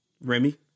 Remy